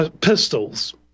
Pistols